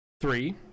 three